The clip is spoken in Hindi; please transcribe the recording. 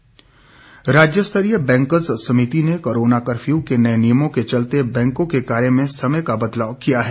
बैंक समय राज्य स्तरीय बैंकर्स समिति ने कोरोना कर्फ्यू के नए नियमों के चलते बैंकों के कार्य में समय का बदलाव किया है